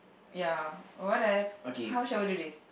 ya whatevs how shall we do this